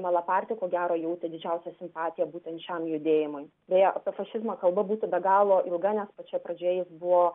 malaparti ko gero jautė didžiausią simpatiją būtent šiam judėjimui beje apie fašizmą kalba būtų be galo ilga nes pačioje pradžioje jis buvo